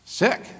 Sick